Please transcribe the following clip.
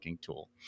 tool